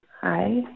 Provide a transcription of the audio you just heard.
Hi